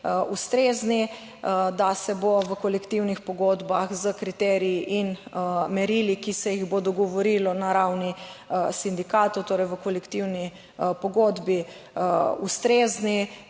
ustrezni, da se bo v kolektivnih pogodbah s kriteriji in merili, ki se jih bo dogovorilo na ravni sindikatov, torej v kolektivni pogodbi ustrezni